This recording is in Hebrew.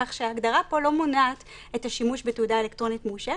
כך שההגדרה פה לא מונעת את השימוש בתעודה אלקטרונית מאושרת.